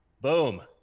Boom